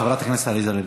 חברת הכנסת עליזה לביא.